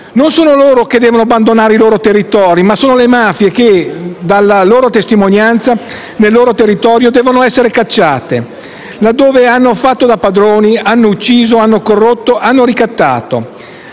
Non sono loro che devono abbandonare i loro territori, ma sono le mafie che, dalla loro testimonianza nel loro territorio, devono essere cacciate, laddove hanno fatto da padroni, hanno ucciso, hanno corrotto, hanno ricattato.